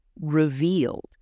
revealed